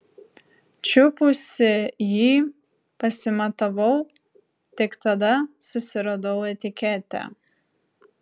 čiupusi jį pasimatavau tik tada susiradau etiketę